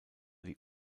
die